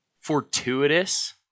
Fortuitous